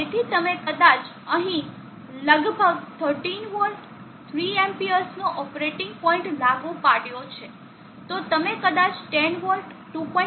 તેથી તમે કદાચ અહીં લગભગ 13 વોલ્ટ 3 Amps નો ઓપરેટિંગ પોઇન્ટ લાગુ પાડો તો તમે કદાચ 10 વોલ્ટ 2